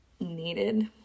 needed